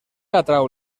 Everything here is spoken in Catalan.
atrau